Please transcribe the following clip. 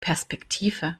perspektive